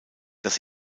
das